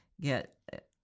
get